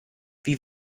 wie